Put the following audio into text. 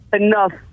enough